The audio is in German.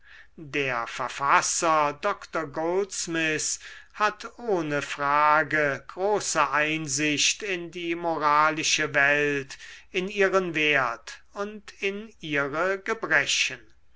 der verfasser doktor goldsmith hat ohne frage große einsicht in die moralische welt in ihren wert und in ihre gebrechen